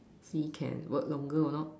see can work longer or not